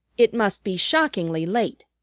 it must be shockingly late.